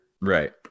Right